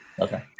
Okay